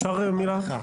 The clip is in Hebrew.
לסגור אותן כל היום?